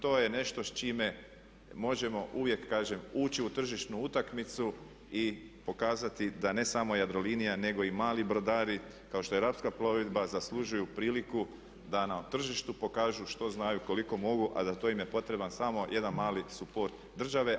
To je nešto s čime možemo uvijek kažem ući u tržišnu utakmicu i pokazati da ne samo Jadrolinija nego i mali brodari kao što je Rapska plovidba zaslužuju priliku da na tržištu pokažu što znaju, koliko mogu a za to im je potreban samo jedan mali suport države.